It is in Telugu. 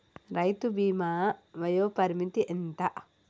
రైతు బీమా వయోపరిమితి ఎంత?